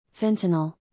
fentanyl